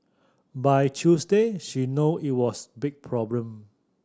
by Tuesday she know it was big problem